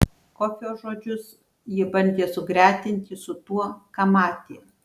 kofio žodžius jie bandė sugretinti su tuo ką matė